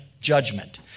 judgment